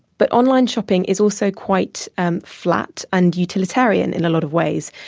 but online shopping is also quite and flat and utilitarian in a lot of ways.